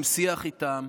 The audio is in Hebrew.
עם שיח איתם.